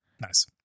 Nice